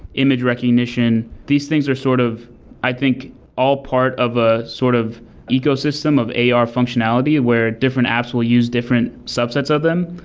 image recognition. these things are sort of i think all part of a sort of ecosystem of ar functionality where different apps will use different subsets of them.